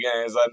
games